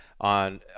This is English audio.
on